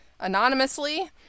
anonymously